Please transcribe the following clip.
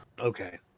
Okay